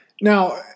Now